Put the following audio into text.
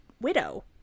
widow